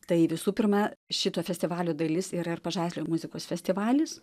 tai visų pirma šito festivalio dalis yra ir pažaislio muzikos festivalis